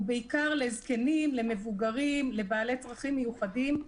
ובעיקר לזקנים, למבוגרים, לבעלי צרכים מיוחדים.